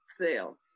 sale